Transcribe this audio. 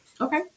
Okay